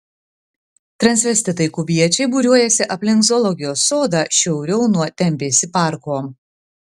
transvestitai kubiečiai būriuojasi aplink zoologijos sodą šiauriau nuo tempėsi parko